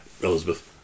Elizabeth